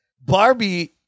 Barbie